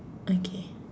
okay